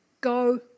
go